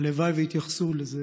הלוואי שיתייחסו לזה